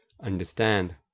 Understand